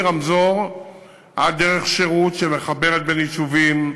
מרמזור עד דרך שירות שמחברת בין יישובים,